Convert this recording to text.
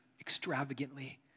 extravagantly